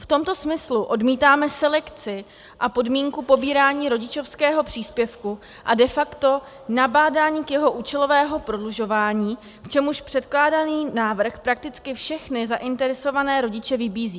V tomto smyslu odmítáme selekci a podmínku pobírání rodičovského příspěvku a de facto nabádání k jeho účelovému prodlužování, k čemuž předkládaný návrh prakticky všechny zainteresované rodiče vybízí.